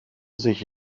sich